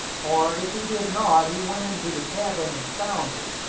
or if he did not, he went into the cabin and found her.